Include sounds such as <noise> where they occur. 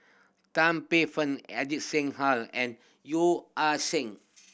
Tan Paey Fern Ajit Singh <unintelligible> and Yeo Ah Seng